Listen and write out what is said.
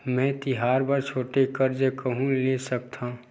मेंहा तिहार बर छोटे कर्जा कहाँ ले सकथव?